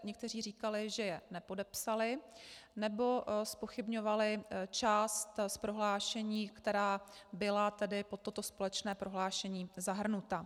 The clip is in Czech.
Někteří říkali, že je nepodepsali, nebo zpochybňovali část z prohlášení, která byla pod toto společné prohlášení zahrnuta.